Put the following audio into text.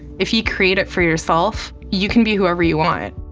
if you create it for yourself, you can be whoever you want.